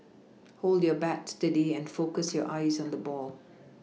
hold your bat steady and focus your eyes on the ball